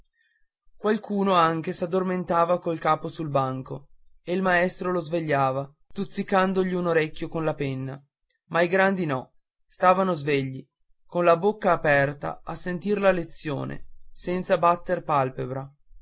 qualcuno anche s'addormentava col capo sul banco e il maestro lo svegliava stuzzicandogli un orecchio con la penna ma i grandi no stavano svegli con la bocca aperta a sentir la lezione senza batter palpebra